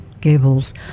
Gables